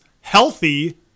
healthy